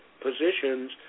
positions